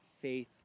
faith